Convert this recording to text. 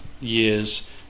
years